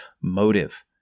motive